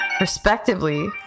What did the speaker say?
respectively